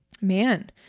man